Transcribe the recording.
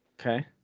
Okay